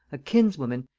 a kinswoman,